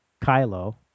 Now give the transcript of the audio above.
Kylo